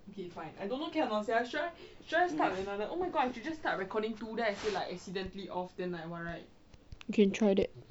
you can try that